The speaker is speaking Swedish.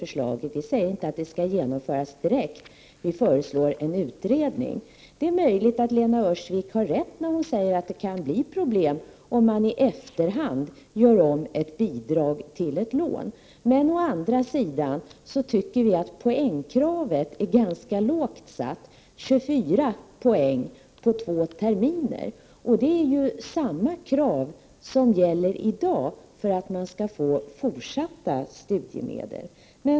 Vi säger inte att förslaget skall genomföras direkt, utan vi föreslår en utredning. Det är möjligt att Lena Öhrsvik har rätt när hon säger att det kan bli problem om man i efterhand gör om ett bidrag till ett lån, men vi tycker å andra sidan att poängkravet i vårt förslag är ganska lågt ställt, 24 poäng på två terminer, och det är samma krav som i dag gäller för att man skall få fortsatta studiemedel.